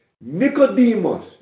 Nicodemus